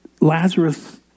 Lazarus